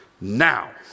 Now